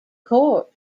court